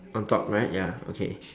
on top right ya okay